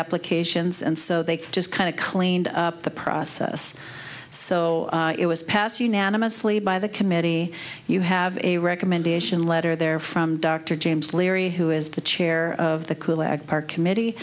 applications and so they just kind of cleaned up the process so it was passed unanimously by the committee you have a recommendation letter there from dr james leary who is the chair of the cool ag park committee